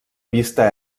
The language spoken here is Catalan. vista